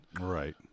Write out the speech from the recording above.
Right